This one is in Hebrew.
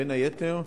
בין היתר: